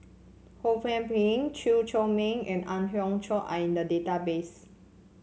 Ho Kwon Ping Chew Chor Meng and Ang Hiong Chiok are in the database